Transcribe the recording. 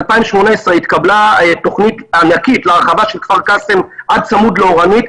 ב-2018 התקבלה תוכנית ענקית להרחבה של כפר קאסם עד צמוד לאורנית,